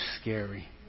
scary